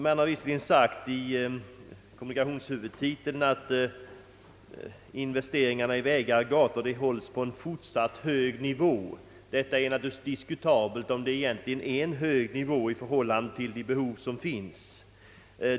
Det har visserligen sagts i kommunikationshuvudtiteln att investeringarna i vägar och gator hålls på en fortsatt hög nivå. Det är naturligtvis diskutabelt, om det är en hög nivå i förhållande till de behov som finns.